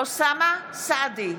אוסאמה סעדי,